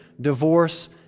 divorce